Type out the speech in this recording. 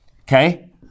Okay